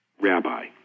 rabbi